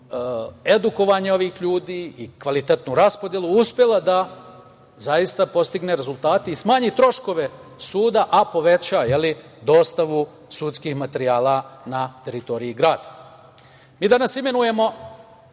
edukovanje ovih ljudi i kvalitetnu raspodelu uspela da zaista postigne rezultate i smanji troškove suda, a poveća dostavu sudskih materijala na teritoriji grada. Mi danas imenujemo